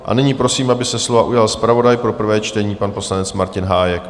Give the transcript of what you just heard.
A nyní prosím, aby se slova ujal zpravodaj pro prvé čtení, pan poslanec Martin Hájek.